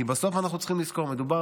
כי בסוף אנחנו צריכים לזכור שמדובר